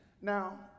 Now